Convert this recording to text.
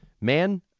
man